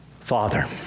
Father